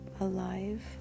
alive